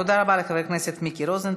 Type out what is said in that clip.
תודה רבה לחבר הכנסת מיקי רוזנטל.